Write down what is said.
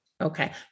okay